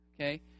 Okay